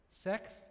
Sex